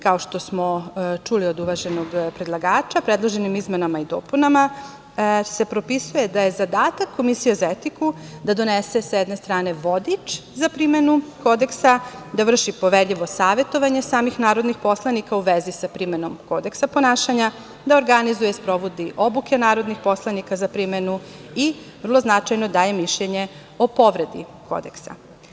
Kao što smo čuli od uvaženog predlagača, predloženim izmenama i dopunama se propisuje da je zadatak komisije za etiku da donese, sa jedne strane, vodič za primenu Kodeksa, da vrši poverljivost savetovanja samih narodnih poslanika u vezi sa primenom Kodeksa ponašanja, da organizuje i sprovodi obuke narodnih poslanika za primenu i vrlo značajno, daje mišljenje o povredi Kodeksa.